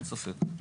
אין ספק.